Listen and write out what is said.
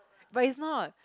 but is not